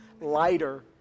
lighter